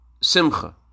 Simcha